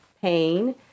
pain